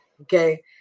Okay